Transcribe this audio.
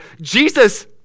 Jesus